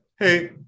Hey